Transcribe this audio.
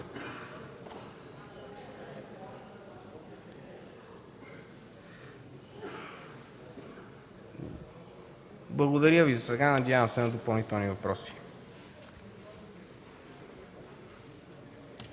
Благодаря Ви засега, надявам се на допълнителни въпроси.